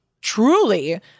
truly